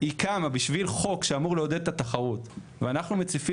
היא קמה בשביל חוק שאמור לעודד את התחרות ואנחנו מציפים